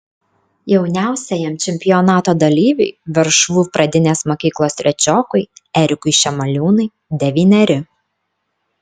jauniausiajam čempionato dalyviui veršvų pradinės mokyklos trečiokui erikui šemaliūnui devyneri